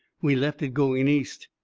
we left it going east,